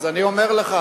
אז אני אומר לך,